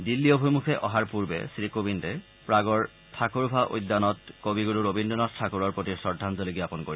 দিল্লী অভিমুখে অহাৰ পৰ্বে শ্ৰীকোবিন্দে প্ৰাগৰ ঠাকুৰভা উদ্যানত কবিগুৰু ৰবীদ্ৰনাথ ঠাকুৰৰ প্ৰতি শ্ৰদ্ধাঞ্জলি জাপন কৰিব